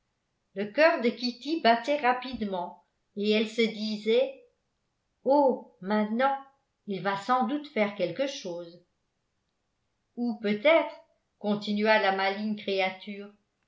le cœur de kitty battait rapidement et elle se disait oh maintenant il va sans doute faire quelque chose ou peut-être continua la maligne créature